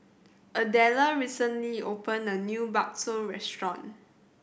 Adella recently opened a new bakso restaurant